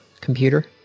computer